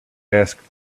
asked